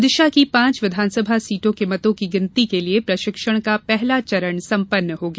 विदिशा की पांच विधानसभा सीटों के मतों की गिनती के लिए प्रशिक्षण का पहला चरण संपन्न हो गया